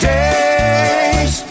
days